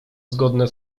zgodne